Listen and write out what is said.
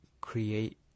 create